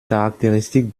caractéristiques